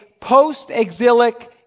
post-exilic